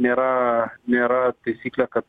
nėra nėra taisyklė kad